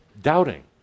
doubting